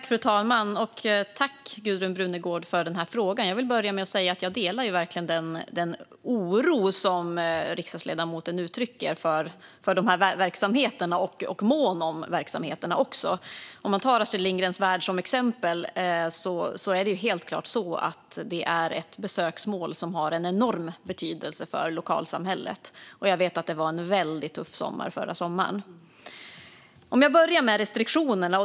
Fru talman! Jag tackar Gudrun Brunegård för denna fråga. Jag vill börja med att säga att jag verkligen delar den oro som riksdagsledamoten uttrycker för dessa verksamheter och är också mån om verksamheterna. Om man tar Astrid Lindgrens Värld som exempel är det helt klart ett besöksmål som har en enorm betydelse för lokalsamhället. Och jag vet att det var en väldigt tuff sommar förra sommaren. Jag ska börja med restriktionerna.